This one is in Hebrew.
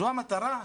זו המטרה?